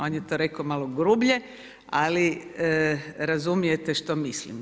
On je to rekao malo grublje, ali razumijete što mislim.